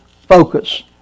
focus